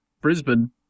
Brisbane